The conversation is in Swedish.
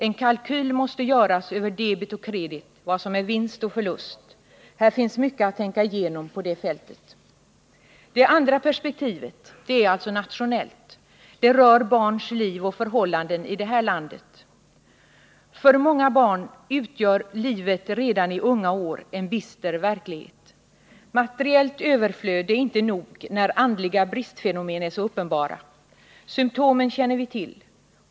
En kalkyl måste göras över debet och kredit, vad som är vinst och vad som är förlust. Här finns mycket att tänka igenom på det fältet. Det andra perspektivet är nationellt, dvs. rör barns liv och förhållanden i det här landet. För alltför många barn utgör livet redan i unga år en bister verklighet. Materiellt överflöd är inte nog när andliga bristfenomen är så uppenbara. Symtomen känner vi till.